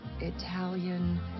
Italian